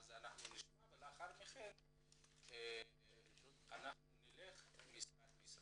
לאחר מכן נעבור לכל המשרדים.